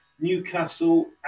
Newcastle